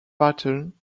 pattern